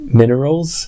minerals